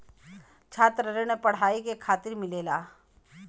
छात्र ऋण पढ़ाई के खातिर मिलेला